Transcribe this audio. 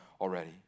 already